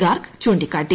ഗാർഗ് ചൂണ്ടിക്കാട്ടി